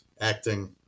acting